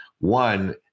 one